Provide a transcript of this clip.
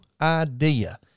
idea